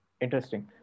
interesting